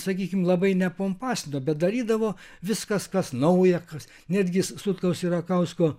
sakykim labai nepompastino bet darydavo viskas kas nauja kas netgi sutkaus ir rakausko